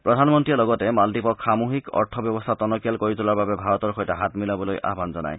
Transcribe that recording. প্ৰধানমন্ত্ৰীয়ে লগতে মালদ্বীপক সামুদ্ৰিক অৰ্থ ব্যৱস্থা টনকিয়াল কৰি তোলাৰ বাবে ভাৰতৰ সৈতে হাত মিলাবলৈ আহান জনায়